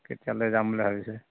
কেতিয়ালৈ যাম বুলি ভাবিছে